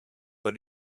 but